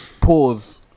pause